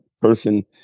person